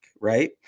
Right